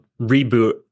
reboot